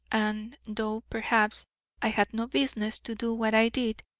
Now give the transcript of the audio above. and, though perhaps i had no business to do what i did,